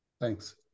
thanks